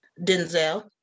Denzel